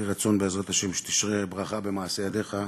יהי רצון, בעזרת השם, שתשרה ברכה במעשה ידיך,